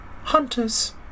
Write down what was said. Hunters